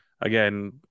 Again